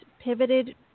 pivoted